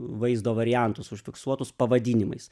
vaizdo variantus užfiksuotus pavadinimais